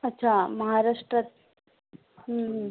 अच्छा महाराष्ट्रात